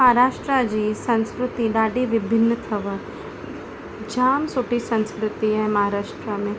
महाराष्ट्र जी संस्कृति ॾाढी विभिन्न अथव जामु सुठी संस्कृति आहे महाराष्ट्र में